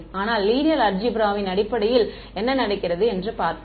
ஆனால் லீனியர் அல்ஜிப்ராவின் அடிப்படையில் என்ன நடக்கிறது என்று பார்ப்போம்